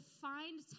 find